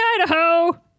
Idaho